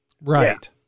Right